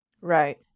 Right